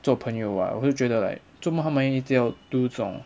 做朋友 [what] 我会觉得 like 做么他们一定要 do 这种